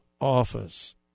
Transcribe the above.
office